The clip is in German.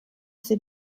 sie